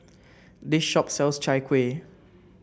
this shop sells Chai Kuih